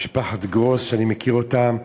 משפחת גרוס, אני מכיר אותם,